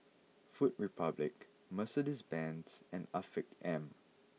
Food Republic Mercedes Benz and Afiq M